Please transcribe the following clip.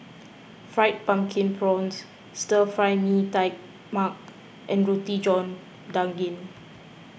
Fried Pumpkin Prawns Stir Fry Mee Tai Mak and Roti John Daging